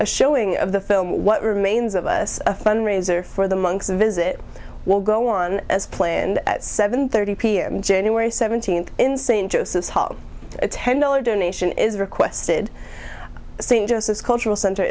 a showing of the film what remains of us a fundraiser for the monks visit will go on as planned at seven thirty p m january seventeenth in st joseph a ten dollar donation is requested seen just as cultural center